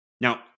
Now